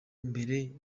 mbere